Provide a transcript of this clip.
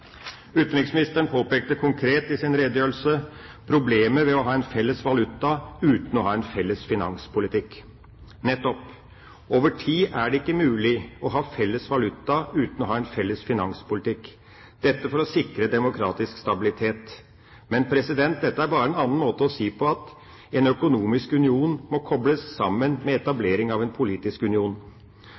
Utenriksministeren påpekte konkret i sin redegjørelse at det er problemer med «å ha en felles valuta, uten å ha en felles finanspolitikk». Nettopp. Over tid er det ikke mulig å ha felles valuta uten å ha en felles finanspolitikk – dette for å sikre demokratisk stabilitet. Men dette er bare en annen måte å si det på at en økonomisk union må kobles sammen med etablering av en politisk union.